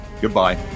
Goodbye